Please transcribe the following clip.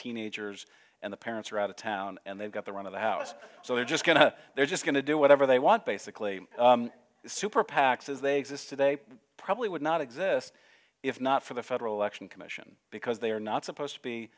teenagers and the parents are out of town and they've got the run of the house so they're just going to they're just going to do whatever they want basically the super pacs as they exist today probably would not exist if not for the federal election commission because they are not supposed to be